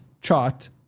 chart